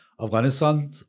Afghanistan